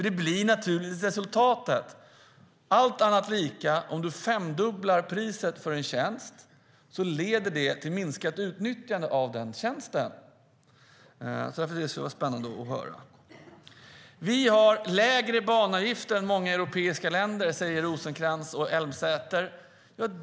Det blir naturligtvis resultatet. Allt annat lika och femdubblat pris för en tjänst leder till minskat utnyttjande av den tjänsten. Det vore oerhört spännande att höra svaret. Vi har lägre banavgifter än många europeiska länder, säger Rosencrantz och Elmsäter-Svärd.